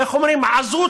איך אומרים, עזות